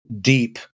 deep